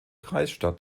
kreisstadt